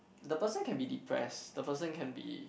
the person can be depressed the person can be